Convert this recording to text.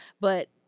but-